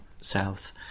south